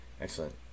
Excellent